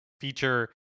feature